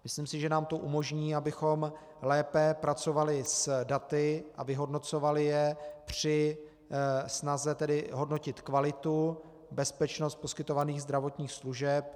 Myslím si, že nám to umožní, abychom lépe pracovali s daty a vyhodnocovali je při snaze hodnotit kvalitu, bezpečnost poskytovaných zdravotních služeb.